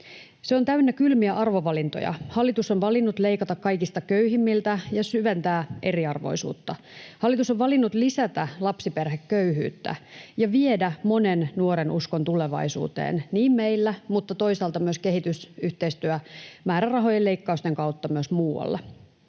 Se on täynnä kylmiä arvovalintoja. Hallitus on valinnut leikata kaikista köyhimmiltä ja syventää eriarvoisuutta. Hallitus on valinnut lisätä lapsiperheköyhyyttä ja viedä monen nuoren uskon tulevaisuuteen niin meillä kuin toisaalta kehitysyhteistyömäärärahojen leikkausten kautta myös muualla.